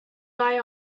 buy